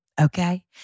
Okay